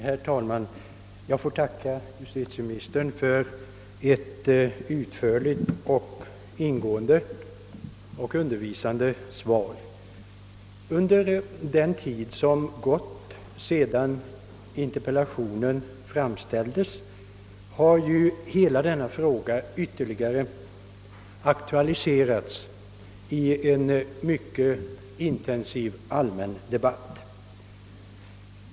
Herr talman! Jag får tacka justitieministern för ett utförligt och undervisande svar. Under den tid som gått sedan interpellationen framställdes har hela denna fråga ytterligare aktualiserats i en mycket intensiv allmän debatt.